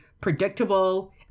predictable